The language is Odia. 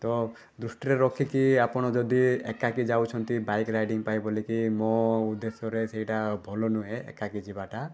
ତ ଦୃଷ୍ଟିରେ ରଖିକି ଆପଣ ଯଦି ଏକାକୀ ଯାଉଛନ୍ତି ବାଇକ୍ ରାଇଡ଼ିଙ୍ଗ୍ ପାଇଁ ବୋଲିକି ମୋ ଉଦ୍ଦେଶ୍ୟରେ ସେଇଟା ଭଲ ନୁହେଁ ଏକାକୀ ଯିବାଟା